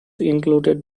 included